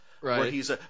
Right